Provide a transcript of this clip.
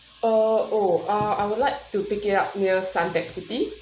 uh oh ah I would like to pick it up near suntec city